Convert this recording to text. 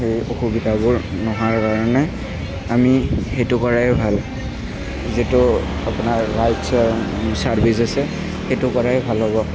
সেই অসুবিধাবোৰ নোহোৱাৰ কাৰণে আমি সেইটো কৰাই ভাল যিটো আপোনাৰ ৰাইড শ্বেয়াৰিং ছাৰ্ভিচ আছে সেইটো কৰাই ভাল হ'ব